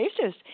basis